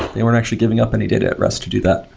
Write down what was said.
they weren't actually giving up any data at rest to do that.